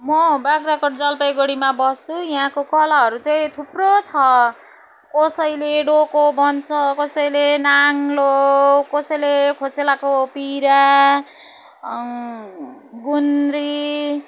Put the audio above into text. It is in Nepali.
म बाख्राकोट जलपाइगुडी बस्छु यहाँको कलाहरू चाहिँ थुप्रो छ कसैले डोको बुन्छ कसैले नाङ्लो कसैले खोसेलाको पिरा गुन्द्री